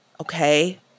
okay